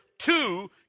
Two